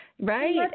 right